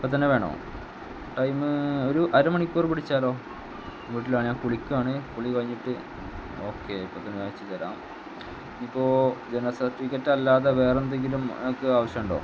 ഇപ്പോൾ തന്നെ വേണോ ടൈം ഒരു അര മണിക്കൂർ പിടിച്ചാലോ വീട്ടിലാ ഞാൻ കുളിക്കുകയാണ് കുളി കഴിഞ്ഞിട്ട് ഓക്കെ ഇപ്പോൾത്തന്നെ അയച്ചു തരാം ഇപ്പോൾ ജനന സർട്ടിഫിക്കറ്റല്ലാതെ വേറെന്തെങ്കിലും നിങ്ങൾക്ക് ആവശ്യമുണ്ടോ